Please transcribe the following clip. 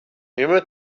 emma